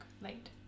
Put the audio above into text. late